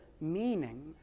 meaning